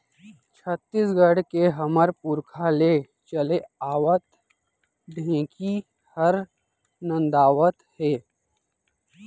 छत्तीसगढ़ के हमर पुरखा ले चले आवत ढेंकी हर नंदावत हे